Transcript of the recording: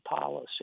policy